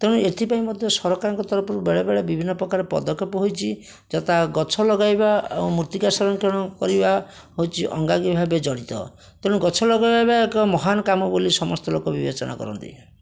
ତେଣୁ ଏଥିପାଇଁ ମଧ୍ୟ ସରକାରଙ୍କ ତରଫରୁ ବେଳେବେଳେ ବିଭିନ୍ନପ୍ରକାର ପଦକ୍ଷେପ ହୋଇଛି ଯଥା ଗଛ ଲଗାଇବା ଆଉ ମୃତ୍ତିକା ସଂରକ୍ଷଣ କରିବା ହେଉଛି ଅଙ୍ଗାଙ୍ଗୀ ଭାବେ ଜଡ଼ିତ ତେଣୁ ଗଛ ଲଗାଇବା ଏକ ମହାନ କାମ ବୋଲି ସମସ୍ତେ ଲୋକ ବିବେଚନା କରନ୍ତି